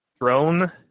drone